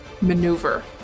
Maneuver